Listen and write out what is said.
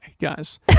guys